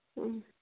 ꯎꯝ